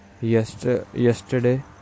yesterday